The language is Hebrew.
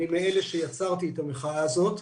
אני מאלה שיצרו את המחאה הזאת,